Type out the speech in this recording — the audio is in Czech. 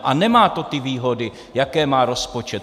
A nemá to ty výhody, jaké má rozpočet.